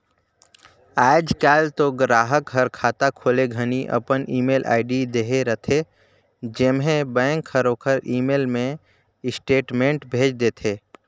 आयज कायल तो गराहक हर खाता खोले घनी अपन ईमेल आईडी देहे रथे जेम्हें बेंक हर ओखर ईमेल मे स्टेटमेंट भेज देथे